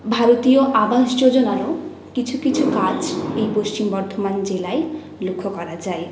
ভারতীয় আবাস যোজনারও কিছু কিছু কাজ এই পশ্চিম বর্ধমান জেলায় লক্ষ্য করা যায়